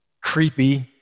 creepy